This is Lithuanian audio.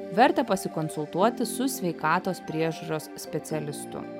verta pasikonsultuoti su sveikatos priežiūros specialistu